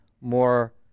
more